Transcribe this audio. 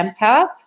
empath